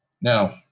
Now